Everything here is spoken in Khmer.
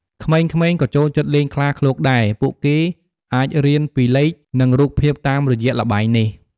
ក្មេងៗក៏ចូលចិត្តលេងខ្លាឃ្លោកដែរពួកគេអាចរៀនពីលេខ និងរូបភាពតាមរយៈល្បែងនេះ។